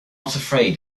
afraid